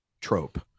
trope